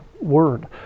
word